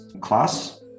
class